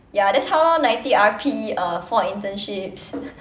ya that's how lor ninety R_P uh for internships